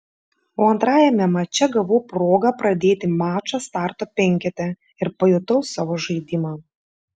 o antrajame mače gavau progą pradėti mačą starto penkete ir pajutau savo žaidimą